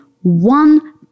one